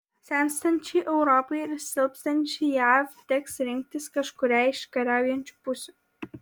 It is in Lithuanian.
senstančiai europai ir silpstančiai jav teks rinktis kažkurią iš kariaujančių pusių